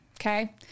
Okay